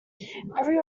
every